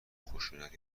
خشونت